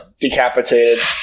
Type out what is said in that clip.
decapitated